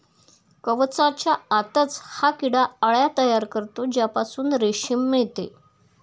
कवचाच्या आतच हा किडा अळ्या तयार करतो ज्यापासून रेशीम मिळते